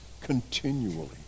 continually